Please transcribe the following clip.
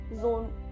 zone